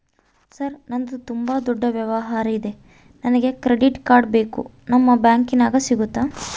Sir ನಂದು ತುಂಬಾ ದೊಡ್ಡ ವ್ಯವಹಾರ ಇದೆ ನನಗೆ ಕ್ರೆಡಿಟ್ ಕಾರ್ಡ್ ಬೇಕು ನಿಮ್ಮ ಬ್ಯಾಂಕಿನ್ಯಾಗ ಸಿಗುತ್ತಾ?